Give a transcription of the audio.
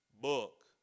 book